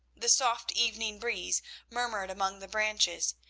the soft evening breeze murmured among the branches,